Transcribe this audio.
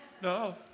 No